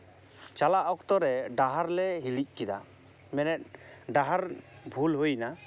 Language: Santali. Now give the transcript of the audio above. ᱪᱟᱞᱟᱜ ᱚᱠᱛᱚ ᱨᱮ ᱰᱟᱦᱟᱨᱞᱮ ᱦᱤᱲᱤᱡ ᱠᱮᱫᱟ ᱢᱟᱱᱮ ᱰᱟᱦᱟᱨ ᱵᱷᱩᱞ ᱦᱩᱭ ᱮᱱᱟ